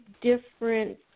different